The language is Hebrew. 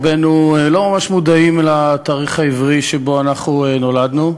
רובנו לא ממש מודעים לתאריך העברי שבו נולדנו.